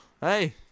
hey